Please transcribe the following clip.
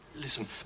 Listen